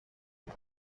you